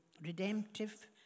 redemptive